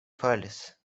falis